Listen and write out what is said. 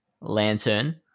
Lantern